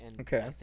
Okay